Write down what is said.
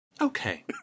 Okay